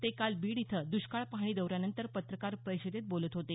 ते काल बीड इथं दुष्काळ पाहणी दौऱ्यानंतर पत्रकार परिषदेत बोलत होते